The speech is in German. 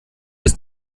ist